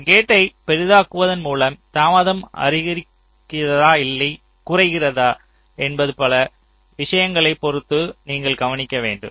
ஒரு கேட்டை பெரிதாக்குவதன் மூலம் தாமதம் அதிகரிக்குதா இல்லை குறைகிறதா என்பது பல விஷயங்களைப் பொறுத்ததுநீங்கள் கவனிக்க வேண்டும்